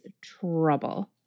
trouble